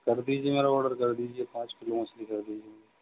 کر دیجیے میرا آرڈر کر دیجیے پانچ کلو مچھلی کر دیجیے